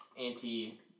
anti